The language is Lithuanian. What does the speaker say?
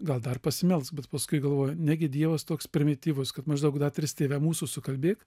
gal dar pasimelst bet paskui galvoju negi dievas toks primityvus kad maždaug da tris tėve mūsų sukalbėk